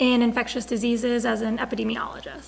and infectious diseases as an epidemiolog